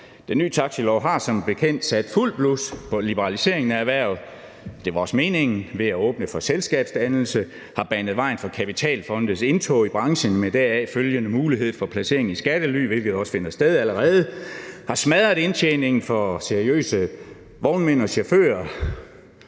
Den nye taxilov har som bekendt sat fuldt blus under liberaliseringen af erhvervet, og det var også meningen, ved at åbne for selskabsdannelse, banet vejen for kapitalfondes indtog i branchen med deraf følgende mulighed for placering i skattely, hvilket også finder sted allerede, og smadret indtjeningen for seriøse vognmænd og chauffører,